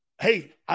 Hey